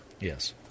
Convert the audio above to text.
Yes